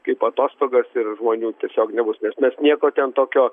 kaip atostogas ir žmonių tiesiog nebus nes mes nieko ten tokio